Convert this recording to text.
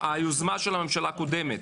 היוזמה של הממשלה הקודמת.